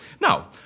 Now